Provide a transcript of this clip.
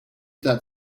that